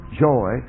joy